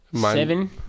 Seven